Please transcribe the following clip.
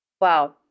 Wow